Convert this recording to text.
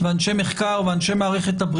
הדיון מוגדר כדיון מעקב וכדיון עקרוני,